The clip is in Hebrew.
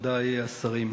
מכובדי השרים,